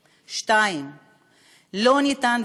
2. לא ניתן,